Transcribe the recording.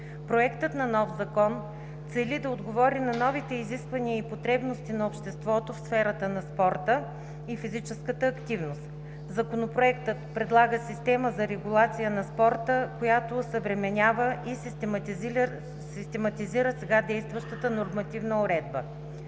Проектът на нов закон цели да отговори на новите изисквания и потребности на обществото в сферата на спорта и физическата активност. Законопроектът предлага система за регулация на спорта, която осъвременява и систематизира сега действащата нормативна уредба.